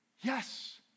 Yes